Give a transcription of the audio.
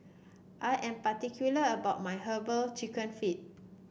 I am particular about my herbal chicken feet